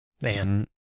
man